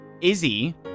Izzy